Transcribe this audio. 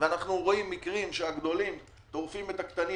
ואנחנו רואים מקרים שהגדולים טורפים את הקטנים